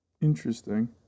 Interesting